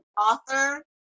author